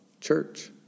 church